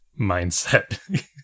mindset